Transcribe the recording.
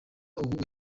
ubu